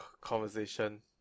conversation